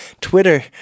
Twitter